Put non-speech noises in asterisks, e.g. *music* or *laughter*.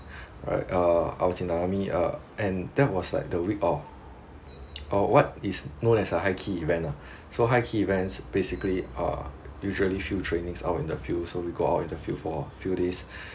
right uh I was in the army uh and that was like the week of *noise* what is known as a high key event lah so high key events basically are usually few trainings out in the field so we go out in the field for few days